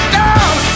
down